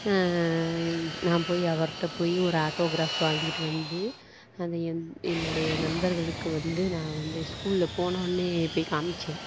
நான் போய் அவர்கிட்ட போய் ஒரு ஆட்டோகிராப் வாங்கிகிட்டு வந்து அது என் என்னுடைய நண்பர்களுக்கு வந்து நான் வந்து ஸ்கூலில் போனவுடன் போய் காமித்தேன்